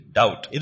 doubt